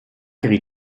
geriet